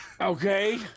Okay